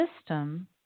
system